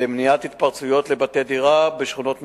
למניעת התפרצויות לדירות בשכונות מגורים,